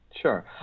sure